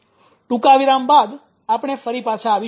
ટૂંકા વિરામ આપણે ફરી પાછા આવીશું